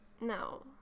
No